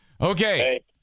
Okay